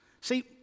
See